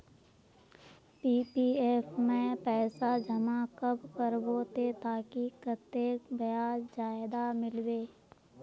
PPF में पैसा जमा कब करबो ते ताकि कतेक ब्याज ज्यादा मिलबे?